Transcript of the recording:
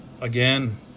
again